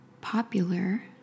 popular